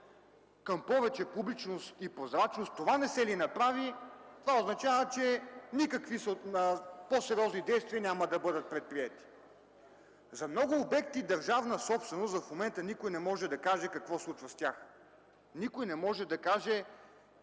към повече публичност и прозрачност, това не се ли направи, това означава, че никакви по-сериозни действия няма да бъдат предприети. За много обекти – държавна собственост, в момента никой не може да каже какво се случва. Никой не може да каже